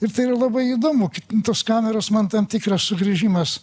ir tai yra labai įdomu tos kameros man tam tikras sugrįžimas